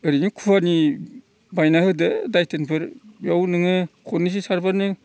ओरैनो खुवानि बायना होदो दायथेनफोर बेयाव नोङो खननैसो सारबानो